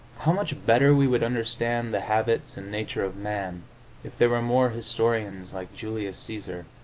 how much better we would understand the habits and nature of man if there were more historians like julius caesar,